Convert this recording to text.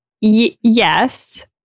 Yes